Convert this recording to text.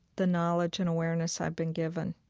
the knowledge and awareness i've been given